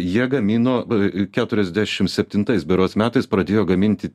jie gamino keturiasdešim septintais berods metais pradėjo gaminti